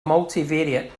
multivariate